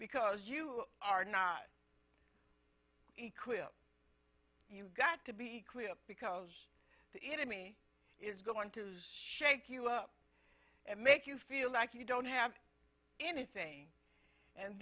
because you are not equal you've got to be clear because the enemy is going to shake you up and make you feel like you don't have anything and